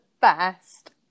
best